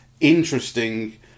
interesting